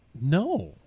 No